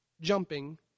jumping